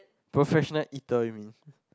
professional eater you mean